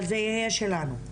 אבל זה יהיה שלנו.